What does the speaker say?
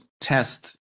test